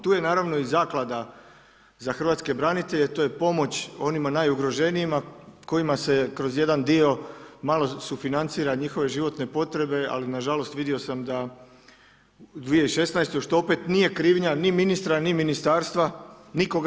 Tu je naravno i Zaklada za hrvatske branitelje, to je pomoć onima najugroženijima kojima se kroz jedan dio malo sufinancira njihove životne potrebe, ali na žalost vidio sam da u 2016. što opet nije krivnja ni ministra, ni ministarstva, nikoga.